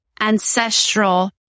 ancestral